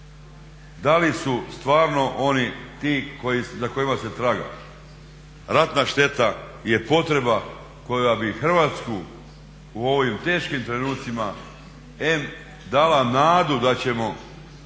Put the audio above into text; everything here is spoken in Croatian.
da li su stvarno oni ti za kojima se traga. Ratna šteta je potreba koja bi Hrvatsku u ovim teškim trenucima em dala nadu da ćemo